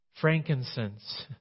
Frankincense